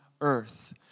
earth